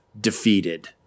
defeated